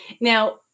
Now